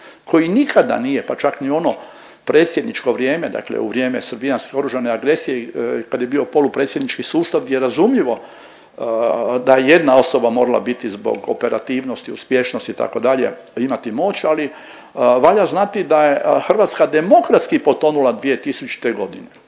koji nikada nije, pa čak ni u ono predsjedničko vrijeme, dakle u vrijeme srbijanske oružane agresije i kad je bio polupredsjednički sustav gdje je razumljivo da je jedna osoba morala biti zbog operativnosti, uspješnosti itd., imati moć, ali valja znati da je Hrvatska demografski potonula 2000.g.,